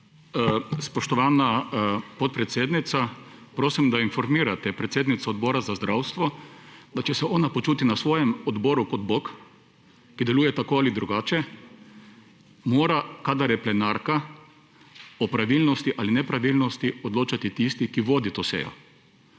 SD):** Spoštovana podpredsednica, prosim, da informirate predsednico Odbora za zdravstvo, da če se ona počuti na svojem odboru kot bog, ki deluje tako ali drugače, mora, kadar je plenarka, o pravilnosti ali nepravilnosti odločati tisti, ki vodi to sejo,